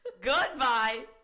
goodbye